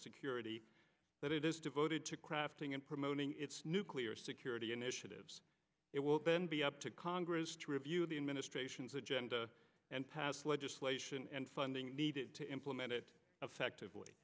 security that it is devoted to crafting and promoting its nuclear security initiatives it will then be up to congress to review the administration's agenda and pass legislation and funding needed to implement it effectively